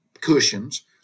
cushions